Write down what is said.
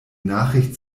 nachricht